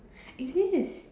it is